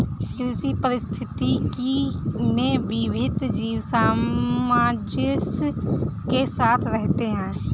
कृषि पारिस्थितिकी में विभिन्न जीव सामंजस्य के साथ रहते हैं